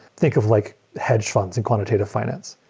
think of like hedge funds and quantitative finance.